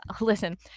listen